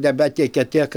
nebetiekia tiek